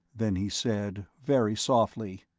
then he said, very softly,